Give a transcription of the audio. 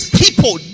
people